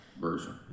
version